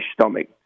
stomach